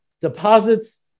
deposits